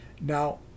now